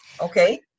okay